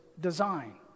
design